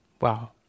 Wow